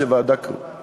ועדה קרואה.